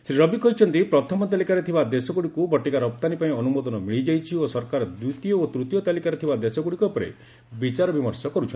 ଶ୍ରୀ ରବି କହିଛନ୍ତି ପ୍ରଥମ ତାଲିକାରେ ଥିବା ଦେଶଗୁଡ଼ିକୁ ବଟିକା ରପ୍ତାନୀ ପାଇଁ ଅନୁମୋଦନ ମିଳିଯାଇଛି ଓ ସରକାର ଦ୍ୱିତୀୟ ଏବଂ ତୃତୀୟ ତାଲିକାରେ ଥିବା ଦେଶଗୁଡ଼ିକ ଉପରେ ବିଚାର ବିମର୍ଷ କରୁଛନ୍ତି